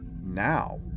now